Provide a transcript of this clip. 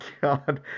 god